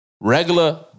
Regular